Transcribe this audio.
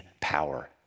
power